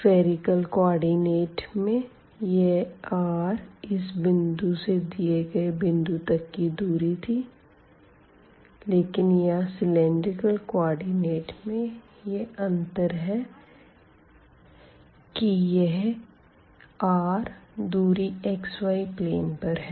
spherical coordinate में यह r इस बिंदु से दिए गए बिंदु तक की दूरी थी लेकिन यहाँ सिलेंडरिकल कोऑर्डिनेट में यह अंतर है कि यह r दूरी xy प्लेन पर है